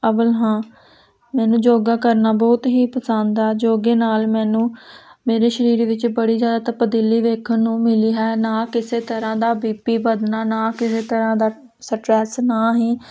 ਅਵਲ ਹਾਂ ਮੈਨੂੰ ਯੋਗਾ ਕਰਨਾ ਬਹੁਤ ਹੀ ਪਸੰਦ ਆ ਯੋਗੇ ਨਾਲ ਮੈਨੂੰ ਮੇਰੇ ਸ਼ਰੀਰ ਵਿੱਚ ਬੜੀ ਜ਼ਿਆਦਾ ਤਬਦੀਲੀ ਵੇਖਣ ਨੂੰ ਮਿਲੀ ਹੈ ਨਾ ਕਿਸੇ ਤਰ੍ਹਾਂ ਦਾ ਬੀਪੀ ਵੱਧਣਾ ਨਾ ਕਿਸੇ ਤਰ੍ਹਾਂ ਦਾ ਸਟਰੈਸ ਨਾ ਹੀ